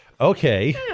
Okay